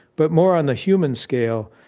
but more on the human scale,